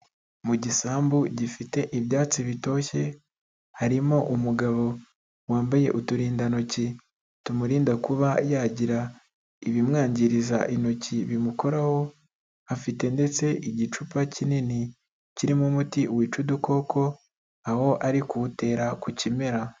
Mu gisambu gifite ibyatsi bitoshye, harimo umugabo wambaye uturindantoki tumurinda kuba yagira ibimwangiriza intoki bimukoraho, afite ndetse igicupa kinini kirimo umuti wica udukoko, aho ari kuwutera ku kimera.